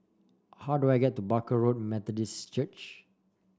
how do I get to Barker Road Methodist Church